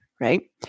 right